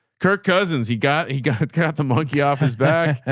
kirk cousins, he got, he got, got the monkey off his back.